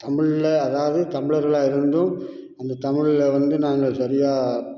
தமிழில் அதாவது தமிழர்களாக இருந்தும் அந்த தமிழில் வந்து நாங்கள் சரியாக